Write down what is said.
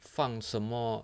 放什么